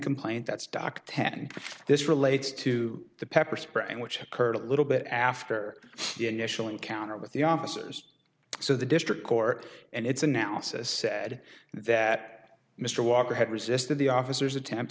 complaint that's doc ten this relates to the pepper spraying which occurred a little bit after the initial encounter with the officers so the district court and its analysis said that mr walker had resisted the officer's attempt